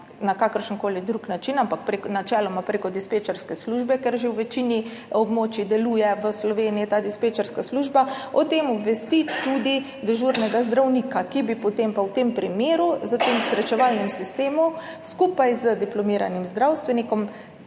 na kakršenkoli drug način, ampak načeloma prek dispečerske službe, ker že v večini območij v Sloveniji deluje ta dispečerska služba, o tem obvesti tudi dežurnega zdravnika, ki bi potem v tem primeru s tem srečevalnim sistemom skupaj z diplomiranim zdravstvenikom